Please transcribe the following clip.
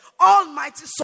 almighty